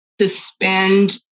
suspend